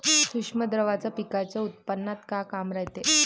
सूक्ष्म द्रव्याचं पिकाच्या उत्पन्नात का काम रायते?